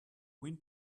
wind